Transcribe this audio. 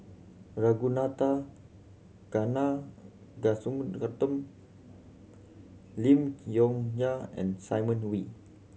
Ragunathar Lim Chong Yah and Simon Wee